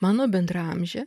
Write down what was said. mano bendraamžė